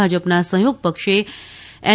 ભાજપના સહયોગ પક્ષે એન